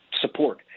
support